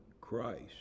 Christ